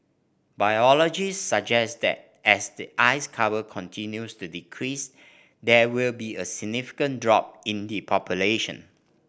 biologists suggest that as the ice cover continues to decrease there will be a significant drop in the population